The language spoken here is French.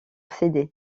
céder